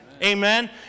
Amen